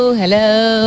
hello